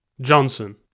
johnson